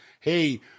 hey